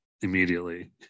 immediately